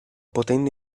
potendo